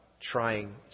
trying